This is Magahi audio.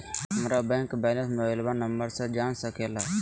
हमारा बैंक बैलेंस मोबाइल नंबर से जान सके ला?